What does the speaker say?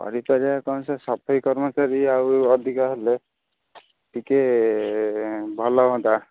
କରିପାରିବା କଣ ସାର୍ ସଫେଇ କର୍ମଚାରୀ ଆଉ ଅଧିକ ହେଲେ ଟିକେ ଭଲ ହୁଅନ୍ତା